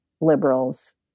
liberals